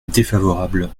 défavorable